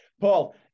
Paul